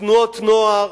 תנועות נוער,